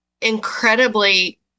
incredibly